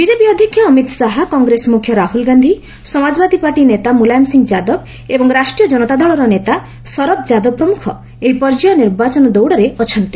BJP ଅଧ୍ୟକ୍ଷ ଅମିତ୍ ଶାହା କଂଗ୍ରେସ ମୁଖ୍ୟ Rahul Gandhi Samajwadi party ନେତା ମ୍ବଲାୟମ ସିଂ ଯାଦବ ଏବଂ ରାଷ୍ଟ୍ରୀୟ ଜନତା ଦଳର ନେତା ଶରଦ୍ ଯାଦବ ପ୍ରମ୍ଖ ଏହି ପର୍ଯ୍ୟାୟ ନିର୍ବାଚନ ଦୌଡ଼ରେ ଅଛନ୍ତି